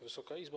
Wysoka Izbo!